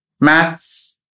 maths